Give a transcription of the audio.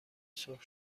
سرخ